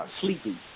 sleepy